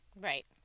Right